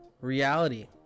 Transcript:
reality